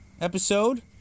episode